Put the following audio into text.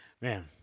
man